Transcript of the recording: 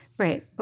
Right